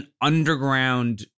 underground